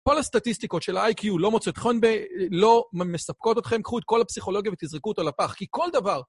כל הסטטיסטיקות של ה-IQ לא מספקות אתכם, קחו את כל הפסיכולוגיה ותזרקו אותה לפח, כי כל דבר...